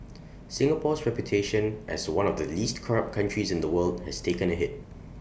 Singapore's reputation as one of the least corrupt countries in the world has taken A hit